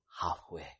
halfway